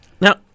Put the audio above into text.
Now